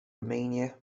romania